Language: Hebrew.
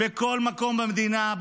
בכל מקום במדינה,